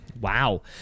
Wow